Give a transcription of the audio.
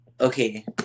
Okay